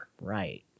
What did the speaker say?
Right